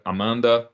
Amanda